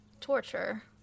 torture